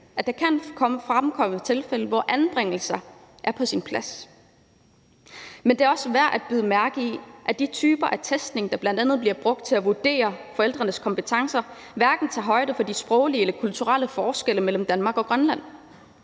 at der kan fremkomme tilfælde, hvor anbringelser er på sin plads. Men det er også værd at bide mærke i, at de typer af testning, der bl.a. bliver brugt til at vurdere forældrenes kompetencer, hverken tager højde for de sproglige eller kulturelle forskelle mellem Danmark og Grønland,